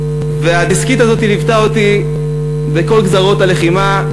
והדסקית הזאת ליוותה אותי בכל גזרות הלחימה,